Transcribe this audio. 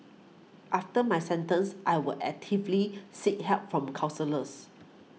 after my sentence I will actively seek help from counsellors